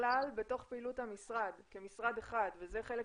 שמתוכלל בתוך פעילות המשרד כמשרד אחד וזה חלק